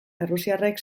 errusiarrek